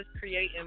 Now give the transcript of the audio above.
creating